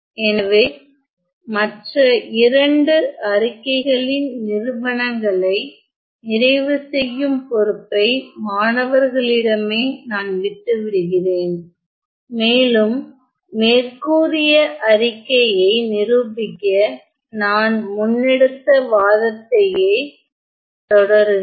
எனவே மற்ற இரண்டு அறிக்கைகளின் நிறுபனங்களை நிறைவு செய்யும் பொறுப்பை மாணவர்களிடமே நான் விட்டு விடுகிறேன் மற்றும் மேற்கூறிய அறிக்கையை நிரூபிக்க நான் முன்னெடுத்த வாதத்தையே தொடருங்கள்